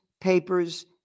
papers